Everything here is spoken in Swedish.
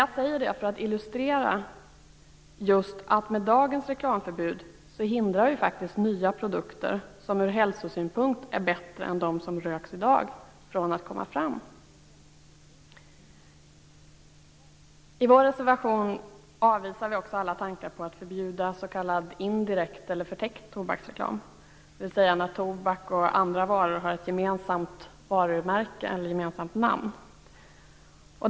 Jag säger detta för att illustrera att vi med dagens reklamförbud hindrar nya produkter, som ur hälsosynpunkt är bättre än de som röks i dag, att komma fram. I vår reservation avvisar vi också alla tankar på att förbjuda s.k. indirekt eller förtäckt tobaksreklam, dvs. när tobak och andra varor har ett gemensamt varumärke eller namn.